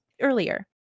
earlier